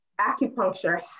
acupuncture